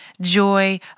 joy